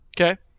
Okay